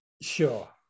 Sure